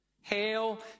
Hail